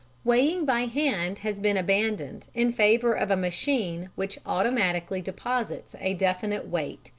weighing by hand has been abandoned in favour of a machine which automatically deposits a definite weight,